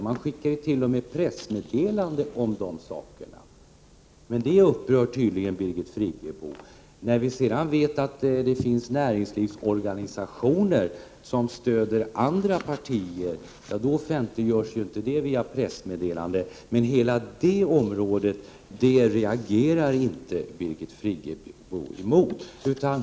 Man skickar t.o.m. ut pressmeddelanden om det. Men det upprör tydligen Birgit Friggebo. Vi vet emellertid att det finns näringslivsorganisationer som stöder andra partier, men det offentliggörs inte via pressmeddelanden. Hela den saken reagerar inte Birgit Friggebo emot.